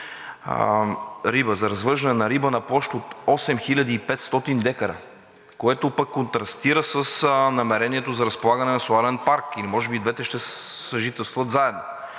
за развъждане на риба, на площ от 8500 дка, което пък контрастира с намерението за разполагане на соларен парк или може би и двете ще съжителстват заедно.